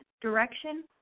direction